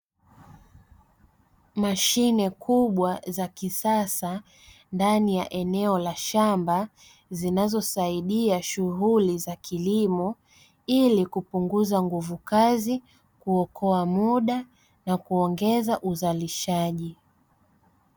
Mashine kubwa za kisasa ndani ya eneo la shamba, zinazosaidia shughuli za kilimo, ili kupunguza nguvu kazi kuokoa muda na kuongeza uzalishaji.